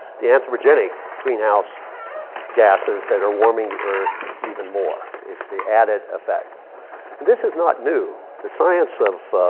the anthropogenic greenhouse gases that are warming the earth even more. it's the added effect. and this is not new. the science of